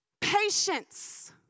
patience